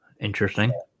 interesting